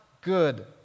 good